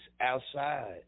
outside